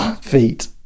feet